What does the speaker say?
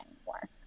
anymore